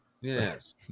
Yes